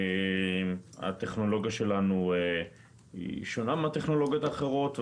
הטכנולוגיה שלנו שונה מהטכנולוגיות האחרות.